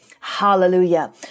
Hallelujah